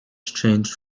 changed